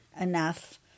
enough